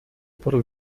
por